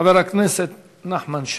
חבר הכנסת נחמן שי.